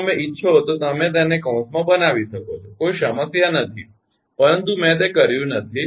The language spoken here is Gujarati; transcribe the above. જો તમે ઇચ્છો તો તમે તેને કૌંસમાં બનાવી શકો છો કોઈ સમસ્યા નથી પરંતુ મેં તે કર્યું નથી